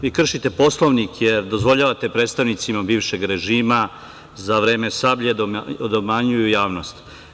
Vi kršite Poslovnik jer dozvoljavate predstavnicima bivšeg režima za vreme „Sablje“ da obmanjuju javnost.